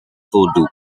voldoet